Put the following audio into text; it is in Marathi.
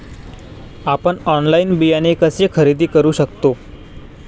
आपण ऑनलाइन बियाणे कसे खरेदी करू शकतो?